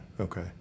okay